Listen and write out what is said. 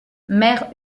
mère